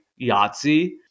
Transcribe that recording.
yahtzee